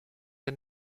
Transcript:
der